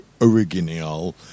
original